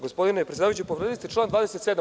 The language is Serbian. Gospodine predsedavajući, povredili ste član 27.